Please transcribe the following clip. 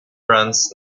runs